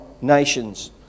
nations